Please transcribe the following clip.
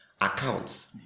accounts